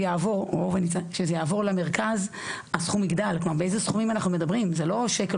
כאשר מדברים על הפגיעה בשכר,